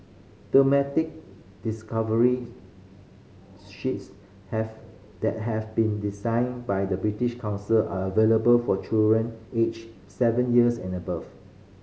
thematic discovery sheets have that have been designed by the British Council are available for children aged seven years and above